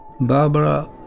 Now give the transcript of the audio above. Barbara